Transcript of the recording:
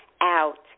out